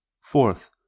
Fourth